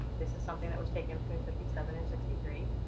this is something that was taken between fifty seven and sixty three.